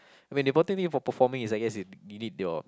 I mean the important thing for performing is I guess you you need your